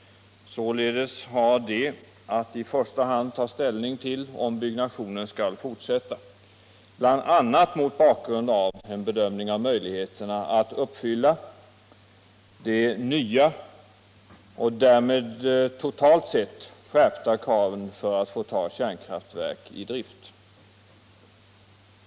Således har det att i första hand ta ställning till om byggnationen skall fortsätta, bl.a. mot bakgrund av en bedömning av möjligheterna att uppfvlla de skärpta kraven för att få ta kärnkraftverk i drift.